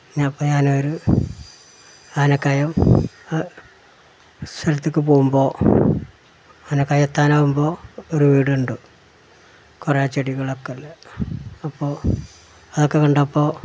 ഞാനിപ്പം ഞാനൊരു ആനക്കയം ഒരു സ്ഥലത്തേക്ക് പോകുമ്പോൾ ആനക്കയം എത്താനാകുമ്പോൾ ഒരു വീടുണ്ട് കുറേ ചെടികളൊക്കെയുള്ള അപ്പോൾ അതൊക്കെ കണ്ടപ്പോൾ